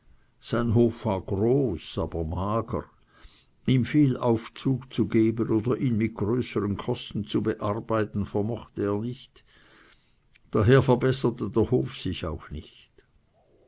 sein hof war groß aber mager ihm viel aufzug zu geben oder ihn mit größeren kosten zu bearbeiten vermochte er nicht daher verbesserte der hof sich auch nicht